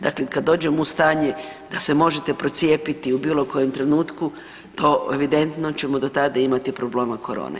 Dakle, kad dođemo u stanje da se možete procijepiti u bilo kojem trenutku to evidentno ćemo do tada imati problema korone.